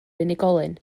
unigolyn